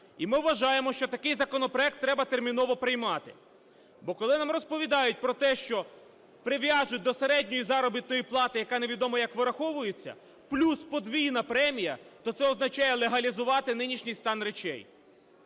І ми вважаємо, що такий законопроект треба терміново приймати, бо коли нам розповідають про те, що прив'яжуть до середньої заробітної плати, яка невідомо як вираховується, плюс подвійна премія, то це означає легалізувати нинішній стан речей.